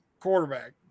quarterback